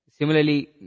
Similarly